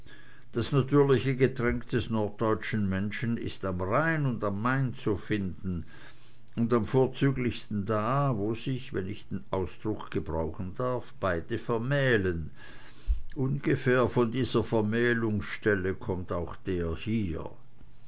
das natürliche getränk des norddeutschen menschen ist am rhein und main zu finden und am vorzüglichsten da wo sich wenn ich den ausdruck gebrauchen darf beide vermählen ungefähr von dieser vermählungsstelle kommt auch der hier